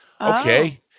Okay